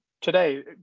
today